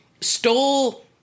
stole